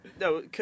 No